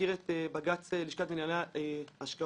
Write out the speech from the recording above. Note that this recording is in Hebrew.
מכיר את בג"ץ לשכת מנהלי השקעות,